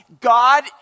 God